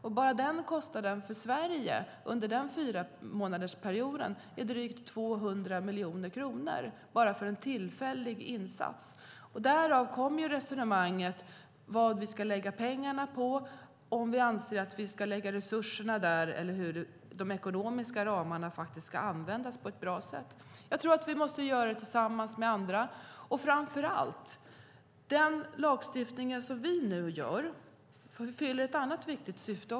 Enbart den kostnaden för Sverige under den fyramånadersperioden är drygt 200 miljoner kronor bara för en tillfällig insats. Därav kom resonemanget om vad vi ska lägga pengarna på, om vi anser att vi ska lägga resurserna där och hur de ekonomiska ramarna ska användas på ett bra sätt. Vi måste göra det tillsammans med andra. Framför allt fyller den lagstiftning som vi nu genomför ett annat viktigt syfte.